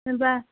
होमब्ला